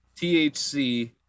thc